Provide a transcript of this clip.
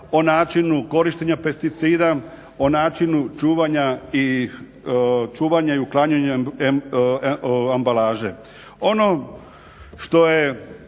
o načinu korištenja pesticida, o načinu čuvanja i uklanjanja ambalaže. Ono što je